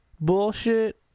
Bullshit